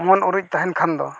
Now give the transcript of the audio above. ᱢᱚᱱ ᱩᱨᱤᱡ ᱛᱟᱦᱮᱱ ᱠᱷᱟᱱ ᱫᱚ